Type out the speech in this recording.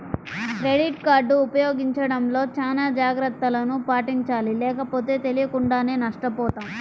credit card ఉపయోగించడంలో చానా జాగర్తలను పాటించాలి లేకపోతే తెలియకుండానే నష్టపోతాం